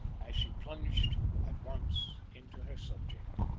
as she plunged at once into her subject.